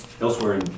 elsewhere